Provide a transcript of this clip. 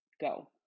go